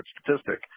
statistic